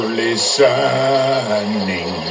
listening